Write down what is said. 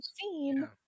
seen